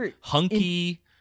hunky